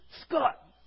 Scott